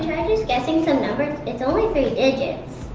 just guessing some numbers? it's only three digits.